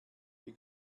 die